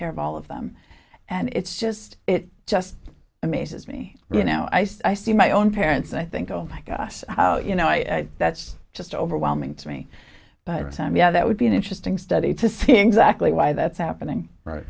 care of all of them and it's just it just amazes me you know i see my own parents and i think oh my gosh how you know i that's just overwhelming to me but it's time yeah that would be an interesting study to see exactly why that's happening